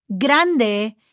grande